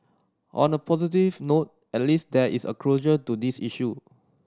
on a positive note at least there is a closure to this issue